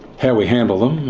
how we handle them,